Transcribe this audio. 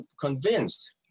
convinced